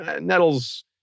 Nettles